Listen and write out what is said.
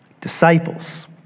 disciples